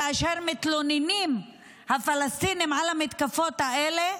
כאשר הפלסטינים מתלוננים על המתקפות האלה,